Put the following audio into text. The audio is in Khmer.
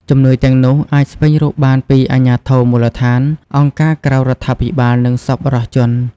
ជំនួយទាំងនោះអាចស្វែងរកបានពី អាជ្ញាធរមូលដ្ឋាន អង្គការក្រៅរដ្ឋាភិបាលនិងសប្បុរសជន។